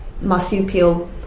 marsupial